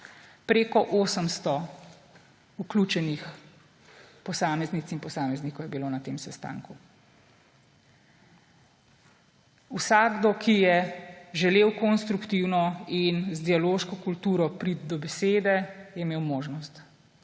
preko 800 vključenih posameznic in posameznikov je bilo na tem sestanku. Vsakdo, ki je želel konstruktivno in z dialoško kulturo priti do besede, je imel možnost,